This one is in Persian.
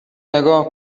نگاه